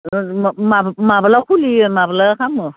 माब्ला खुलियो माब्ला खालामो